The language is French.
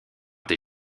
des